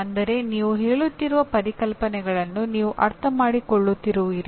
ಅಂದರೆ ನೀವು ಹೇಳುತ್ತಿರುವ ಪರಿಕಲ್ಪನೆಗಳನ್ನು ನೀವು ಅರ್ಥಮಾಡಿಕೊಳ್ಳುತ್ತಿರುವಿರಿ